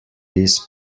this